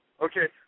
Okay